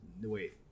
wait